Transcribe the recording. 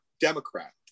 Democrat